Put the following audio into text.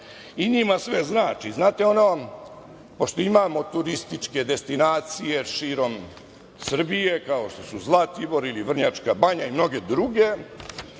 i njima sve znači. Znate ono, pošto imamo turističke destinacije širom Srbije, kao što su Zlatibor i Vrnjačka banja i mnoge druge,